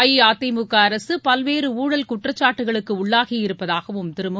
அஇஅதிமுக அரசு பல்வேறு ஊழல் குற்றச்சாட்டுகளுக்கு உள்ளாகியிருப்பதாகவும் திரு மு